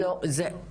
לא.